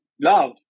love